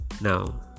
now